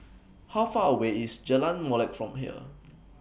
How Far away IS Jalan Molek from here